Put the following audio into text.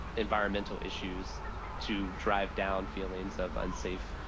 environmental issues to drive down feelings of unsafe.